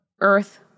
Earth